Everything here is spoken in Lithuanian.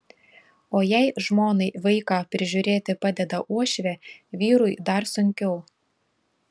o jei žmonai vaiką prižiūrėti padeda uošvė vyrui dar sunkiau